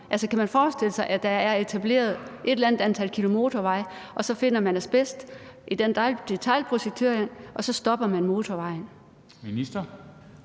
Altså, kan man forestille sig, at der er etableret et eller andet antal kilometer motorvej, og så finder man asbest i detailprojekteringen, og så stopper man motorvejen?